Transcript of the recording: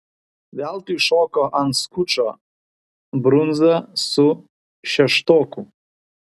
veltui šoko ant skučo brundza su šeštoku